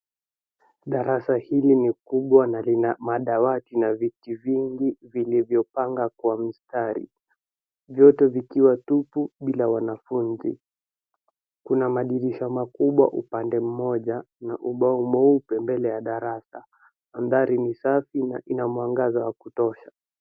Darasa hili ni kubwa na lina madawati na viti vingi vilivyopangwa kwa mistari, vyote vikiwa tupu bila wanafunzi. Kuna madirisha makubwa upande mmoja na ubao mweupe mbele ya darasa. Mandhari ni safi na ina mwangaza wa kutosha.